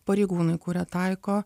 pareigūnui kurie taiko